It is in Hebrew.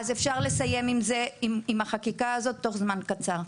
אז אפשר לסיים עם החקיקה הזאת תוך זמן קצר.